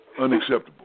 Unacceptable